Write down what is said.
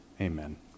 amen